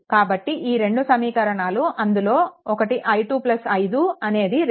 కాబట్టి ఇవి రెండు సమీకరణాలుఅందులో ఒకటి i2 5 అనేది 2